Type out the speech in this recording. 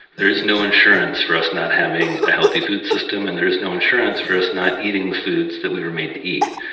there's no insurance for us not having a healthy food system and there's no insurance for us not eating the foods that we were made to eat.